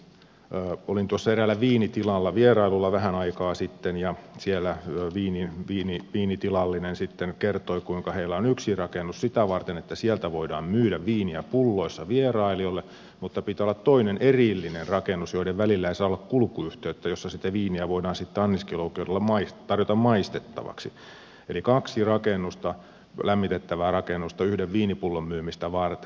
olin eräällä viinitilalla vierailulla vähän aikaa sitten ja siellä viinitilallinen sitten kertoi kuinka heillä on yksi rakennus sitä varten että sieltä voidaan myydä viiniä pulloissa vierailijoille mutta pitää olla toinen erillinen rakennus joiden välillä ei saa olla kulkuyhteyttä jossa sitä viiniä voidaan sitten anniskeluoikeudella tarjota maistettavaksi eli kaksi lämmitettävää rakennusta yhden viinipullon myymistä varten